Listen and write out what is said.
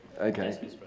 Okay